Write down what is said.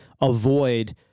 avoid